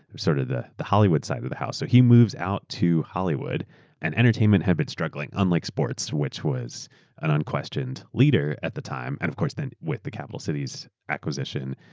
sort of the the hollywood side of the house. so he moves out to hollywood and entertainment have been struggling unlike sports, which was was an unquestioned leader at the time, and of course then with the capital citiesaeur acquisition,